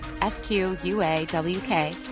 S-Q-U-A-W-K